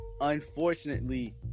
unfortunately